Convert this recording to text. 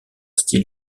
style